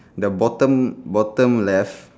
the bottom bottom left